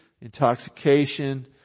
intoxication